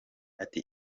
ati